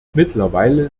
mittlerweile